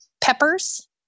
peppers